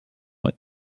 what